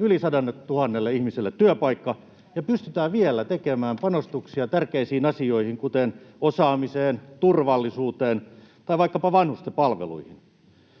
yli 100 000 ihmiselle työpaikka ja pystytään vielä tekemään panostuksia tärkeisiin asioihin, kuten osaamiseen, turvallisuuteen tai vaikkapa vanhustenpalveluihin.